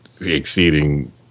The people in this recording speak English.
exceeding